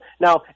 Now